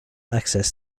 access